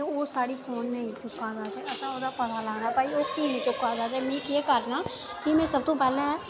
ते ओह् साढ़ा फोन नेईं चुक्का दा ते असें ओह्दा पता लैना कीऽ भई ओह् कीऽ निं चुक्का दा ते असें पता करना ते में केह् करना की में सब तू पैह्लें